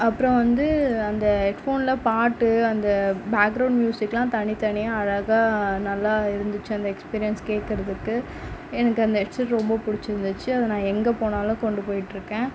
அப்புறம் வந்து அந்த ஹெட்ஃபோனில் பாட்டு அந்த பேக்கிரவுண்ட் மியூசிகெலாம் தனித்தனியாக அழகாக நல்லா இருந்துச்சு அந்த எக்ஸ்பீரியன்ஸ் கேட்குறதுக்கு எனக்கு அந்த ஹெட்செட் ரொம்ப புடிச்சு இருந்துச்சு அதை நான் எங்கே போனாலும் கொண்டு போயிட்டிருக்கேன்